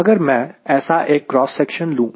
अगर मैं ऐसा एक क्रॉस सेक्शन लूं